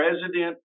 president